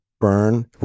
burn